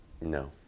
No